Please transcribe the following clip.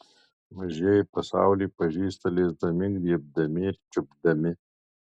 mažieji pasaulį pažįsta liesdami griebdami ir čiupdami